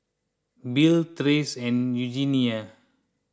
Bill Trace and Eugenia